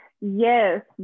Yes